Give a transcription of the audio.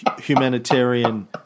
humanitarian